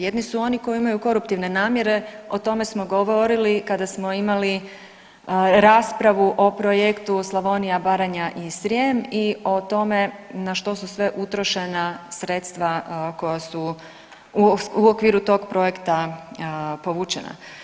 Jedni su oni koji imaju koruptivne namjere, o tome smo govorili kada smo imali raspravu o projektu Slavonija, Baranja i Srijem i o tome na što su sve utrošena sredstva koja su u okviru tog projekta povučena.